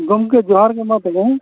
ᱜᱚᱢᱠᱮ ᱡᱚᱦᱟᱨ ᱜᱮ ᱢᱟ ᱛᱚᱵᱮ ᱦᱮᱸ